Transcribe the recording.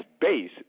base